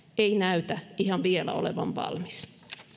ei näytä ihan vielä olevan valmis